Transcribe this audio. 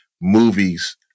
movies